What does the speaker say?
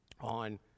on